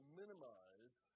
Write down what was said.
minimize